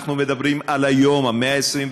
אנחנו מדברים על היום, המאה ה-21,